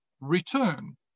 return